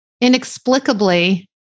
inexplicably